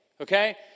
okay